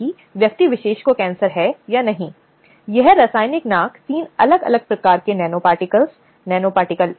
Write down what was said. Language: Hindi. और वह व्यक्ति को भी अधिकार है कि जो भी उस अधिकार के साथ हस्तक्षेप करने का इरादा रखता है उसे पहले ही निकाल दे